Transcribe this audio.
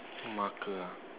marker